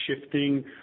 shifting